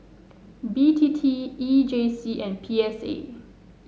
B T T E J C and P S A